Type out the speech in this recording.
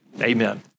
Amen